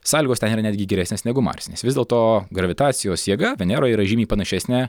sąlygos ten yra netgi geresnės negu marse nes vis dėlto gravitacijos jėga veneroje yra žymiai panašesnė